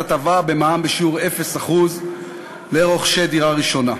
הטבה במע"מ בשיעור 0% לרוכשי דירה ראשונה.